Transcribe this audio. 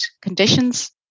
conditions